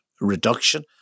reduction